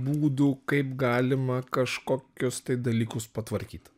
būdų kaip galima kažkokius tai dalykus patvarkyt